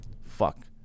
fuck